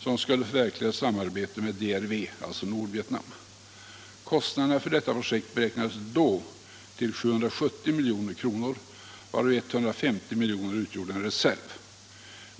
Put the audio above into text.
som skulle förverkligas i samarbete med DRV, alltså Nordvietnam. Kostnaderna för detta projekt beräknades då till 770 milj.kr., varav 150 milj.kr. utgjorde en reserv.